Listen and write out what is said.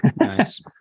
Nice